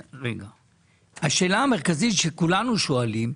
השאלה המרכזית שכולנו שואלים,